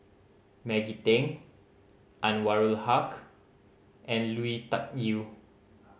Maggie Teng Anwarul Haque and Lui Tuck Yew